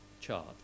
chart